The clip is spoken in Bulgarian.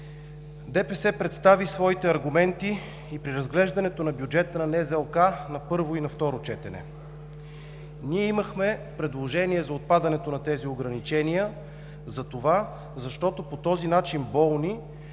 ДПС представи своите аргументи и при разглеждането на бюджета на НЗОК на първо и на второ четене. Ние имахме предложение за отпадането на тези ограничения затова, защото по този начин болни,